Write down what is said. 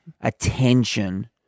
attention